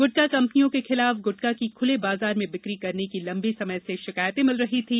गुटखा कंपनियों के खिलाफ गुटखा की खुले बाजार में बिक्री करने की लंबे समय से शिकायतें मिल रही थीं